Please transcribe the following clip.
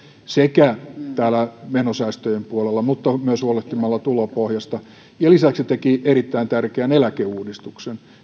täällä menosäästöjen puolella mutta myös huolehtimalla tulopohjasta ja lisäksi teki erittäin tärkeän eläkeuudistuksen